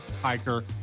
hiker